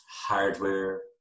hardware